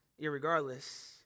irregardless